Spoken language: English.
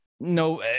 no